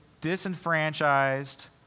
disenfranchised